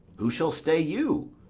who shall stay you?